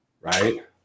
right